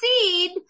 seed